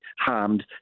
harmed